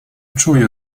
czuję